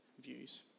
views